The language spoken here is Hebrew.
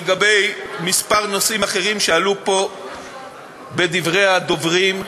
לגבי כמה נושאים אחרים שעלו פה בדברי הדוברים.